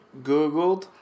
googled